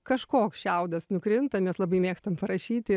kažkoks šiaudas nukrinta mes labai mėgstam parašyti